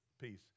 peace